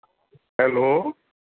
hello